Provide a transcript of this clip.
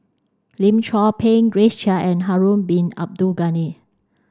Lim Chor Pee Grace Chia and Harun bin Abdul Ghani